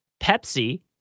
Pepsi